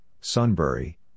Sunbury